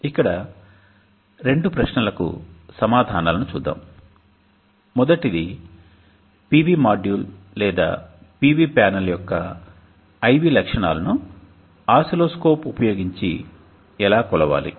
ఇక్కడ రెండు ప్రశ్నలకు సమాధానాలను చూద్దాం మొదటిది PV మాడ్యూల్ లేదా PV ప్యానెల్ యొక్క IV లక్షణాలను ఆసిల్లోస్కోప్ ఉపయోగించి ఎలా కొలవాలి